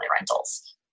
rentals